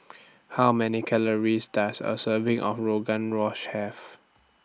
How Many Calories Does A Serving of Rogan Have